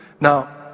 Now